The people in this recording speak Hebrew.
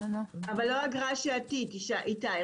אבל לא אגרה שעתית איתי.